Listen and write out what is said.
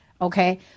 Okay